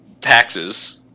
taxes